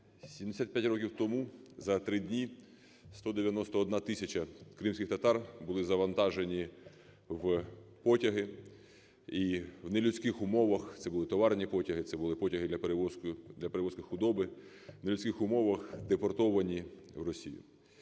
75 років тому за три дні 191 тисяча кримських татар були завантажені в потяги і в нелюдських умовах - це були товарні потяги, це були потяги для перевозки худоби, - в нелюдських умовах депортовані в Росію.